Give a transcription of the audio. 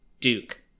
Duke